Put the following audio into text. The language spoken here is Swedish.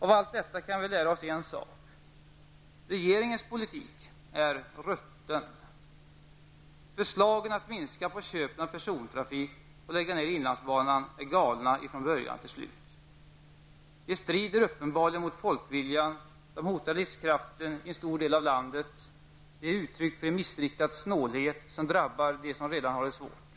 Av allt detta kan vi lära oss en sak: regeringens politik är rutten! Förslagen att minska på köpen av persontrafik och att lägga ner inlandsbanan är galna från början till slut. Det strider uppenbarligen mot folkviljan, det hotar livskraften i en stor del av landet och det är uttryck för en missriktad snålhet, som drabbar dem som redan har det svårt.